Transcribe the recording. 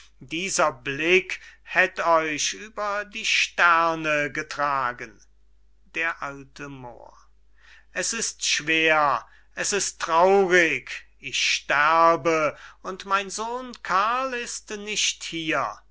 dieser blick hätt euch über die sterne getragen d a moor es ist schwer es ist traurig ich sterbe und mein sohn karl ist nicht hier